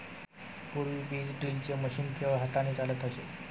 पूर्वी बीज ड्रिलचे मशीन केवळ हाताने चालत असे